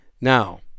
Now